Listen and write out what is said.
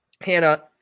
Hannah